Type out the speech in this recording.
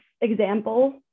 example